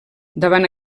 davant